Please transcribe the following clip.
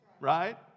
right